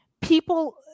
people